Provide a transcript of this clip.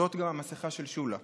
זאת גם המסכה של שולה.